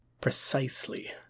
precisely